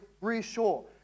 reassure